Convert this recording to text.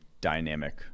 dynamic